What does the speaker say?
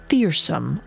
fearsome